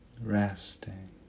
Resting